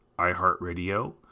iHeartRadio